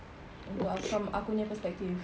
untuk ah aku punya perspective